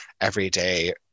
everyday